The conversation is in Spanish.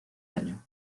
daño